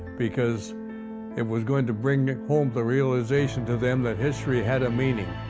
because it was going to bring ah home the realization to them that history had a meaning.